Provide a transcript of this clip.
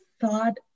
thought